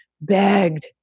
begged